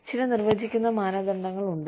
ചില നിർവചിക്കുന്ന മാനദണ്ഡങ്ങളുണ്ട്